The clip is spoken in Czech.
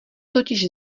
totiž